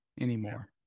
anymore